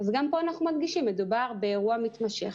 אז גם פה אנחנו מדגישים שמדובר באירוע מתמשך,